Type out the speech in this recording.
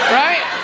right